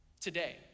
today